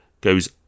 goes